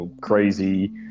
crazy